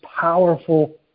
powerful